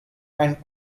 and